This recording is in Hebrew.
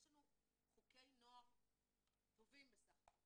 יש לנו חוקי נוער טובים בסך הכול.